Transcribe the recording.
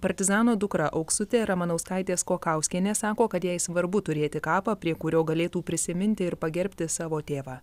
partizano dukra auksutė ramanauskaitė skokauskienė sako kad jai svarbu turėti kapą prie kurio galėtų prisiminti ir pagerbti savo tėvą